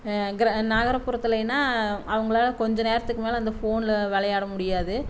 கிர நகர்புறத்திலைன்னா அவங்களால கொஞ்ச நேரத்துக்கு மேலே அந்த ஃபோன்ல விளையாட முடியாது